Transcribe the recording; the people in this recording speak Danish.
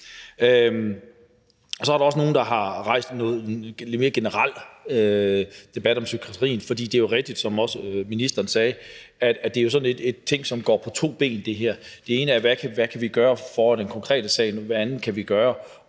Så er der også nogle, der har rejst en mere generel debat om psykiatrien. Det er jo rigtigt, som også ministeren sagde, at det her er noget, som går på to ben. Det ene er, hvad vi kan gøre i den konkrete sag, og det andet er,